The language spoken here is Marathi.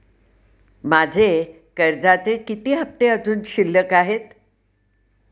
माझे कर्जाचे किती हफ्ते अजुन शिल्लक आहेत?